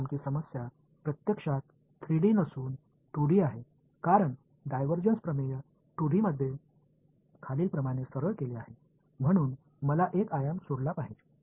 तर आमची समस्या प्रत्यक्षात 3 डी नसून 2 डी आहे कारण डायव्हर्जन्स प्रमेय 2D मध्ये खालीलप्रमाणे सरळ केले आहेत म्हणून मला एक आयाम सोडला पाहिजे